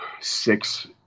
six